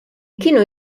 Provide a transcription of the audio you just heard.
kienu